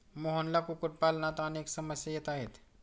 मोहनला कुक्कुटपालनात अनेक समस्या येत आहेत